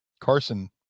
Carson